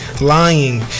lying